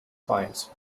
clients